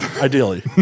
Ideally